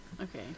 Okay